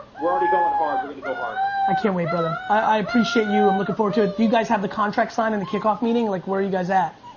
we're already goin' hard, we're gonna go harder. i can't wait brother. i appreciate you. i'm and lookin' forward to it. do you guys have the contract signed and the kick-off meeting? like where you guys at?